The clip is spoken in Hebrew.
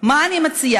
מה אני מציעה?